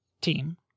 team